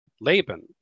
Laban